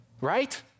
Right